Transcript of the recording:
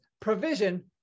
provision